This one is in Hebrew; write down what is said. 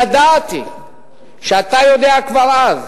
ידעתי שאתה יודע כבר אז